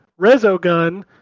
Rezogun